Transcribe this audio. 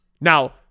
Now